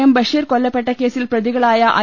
M Basheer കൊല്ലപ്പെട്ട കേസിൽ പ്രതിക ളായ ഐ